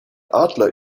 adler